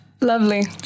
Lovely